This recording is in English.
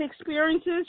experiences